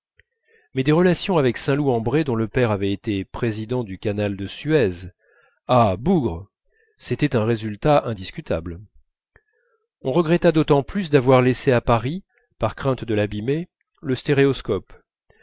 mais des relations avec saint loup en bray dont le père avait été président du canal de suez ah bougre c'était un résultat indiscutable on regretta d'autant plus d'avoir laissé à paris par crainte de l'abîmer le stéréoscope